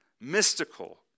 mystical